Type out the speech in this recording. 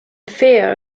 fear